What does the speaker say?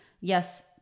yes